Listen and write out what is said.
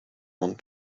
want